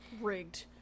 Rigged